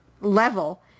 level